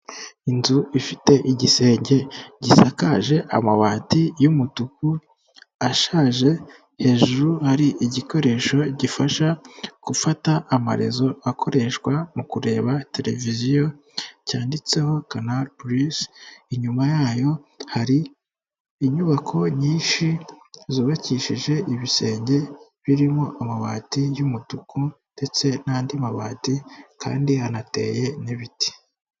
Inzu ifite igisenge gisakaje amabati y'umutuku ashaje, hejuru hari igikoresho gifasha gufata amarezo akoreshwa mu kureba televiziyo, cyanditseho Kanari purizi, inyuma yayo hari inyubako nyinshi zubakishije ibisenge, birimo amabati y'umutuku ndetse n'andi mabati kandi anateye n'ibiti.